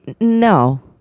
no